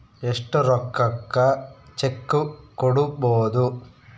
ಎಷ್ಟು ರೊಕ್ಕಕ ಚೆಕ್ಕು ಕೊಡುಬೊದು